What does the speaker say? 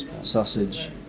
Sausage